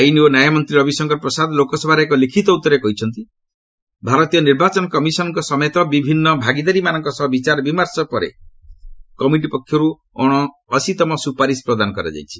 ଆଇନ ଓ ନ୍ୟାୟ ମନ୍ତ୍ରୀ ରବିଶଙ୍କର ପ୍ରସାଦ ଲୋକସଭାରେ ଏକ ଲିଖିତ ଉତ୍ତରରେ କହିଛନ୍ତି ଭାରତୀୟ ନିର୍ବାଚନ କମିଶନଙ୍କ ସମେତ ବିଭିନ୍ନ ଭାଗିଦାରୀମାନଙ୍କ ସହ ବିଚାର ବିମର୍ଷ ପରେ କମିଟି ପକ୍ଷରୁ ଅଣାଅଶୀତମ ସୁପାରିସ ପ୍ରଦାନ କରାଯାଉଛି